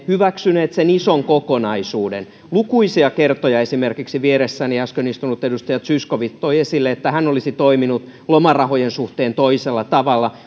hyväksyneet sen ison kokonaisuuden lukuisia kertoja esimerkiksi vieressäni äsken istunut edustaja zyskowicz toi esille että hän olisi toiminut lomarahojen suhteen toisella tavalla